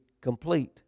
complete